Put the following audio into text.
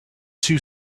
two